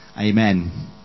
amen